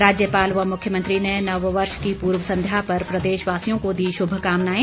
राज्यपाल व मुख्यमंत्री ने नववर्ष की पूर्वसंध्या पर प्रदेशवासियों को दी शुभकामनाएं